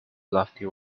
lofty